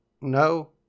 No